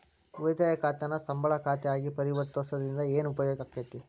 ಉಳಿತಾಯ ಖಾತಾನ ಸಂಬಳ ಖಾತಾ ಆಗಿ ಪರಿವರ್ತಿಸೊದ್ರಿಂದಾ ಏನ ಉಪಯೋಗಾಕ್ಕೇತಿ?